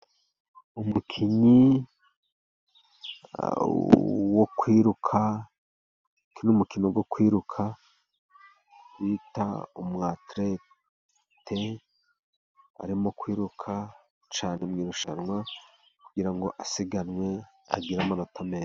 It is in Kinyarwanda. Umukinnyi wo kwiruka ,ukina umukino wo kwiruka bita umwaterete arimo kwiruka cyane mu irushanwa kugira ngo asiganwe agire amanota meza.